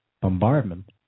bombardment